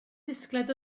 disgled